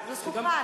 זו זכותך.